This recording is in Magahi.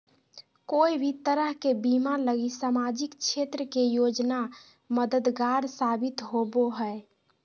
कोय भी तरह के बीमा लगी सामाजिक क्षेत्र के योजना मददगार साबित होवो हय